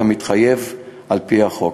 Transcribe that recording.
כמתחייב על-פי החוק.